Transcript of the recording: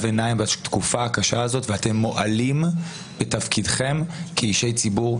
עיניים בתקופה הקשה הזאת ואתם מועלים בתפקידכם כאישי ציבור.